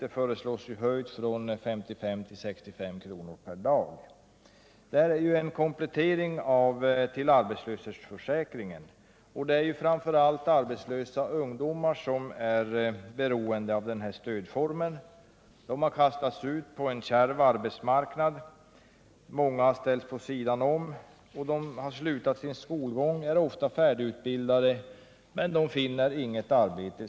Det föreslås höjt från 55 till 65 kr. per dag. Det är en komplettering till arbetslöshetsförsäkringen, och det är framför allt arbetslösa ungdomar som är beroende av den stödformen. De har kastats ut i en kärv arbetsmarknad, och många har ställts på sidan om. De som har slutat skolan är ofta färdigutbildade men finner inget arbete.